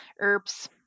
herbs